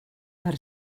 per